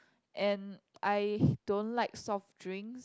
and I don't like soft drinks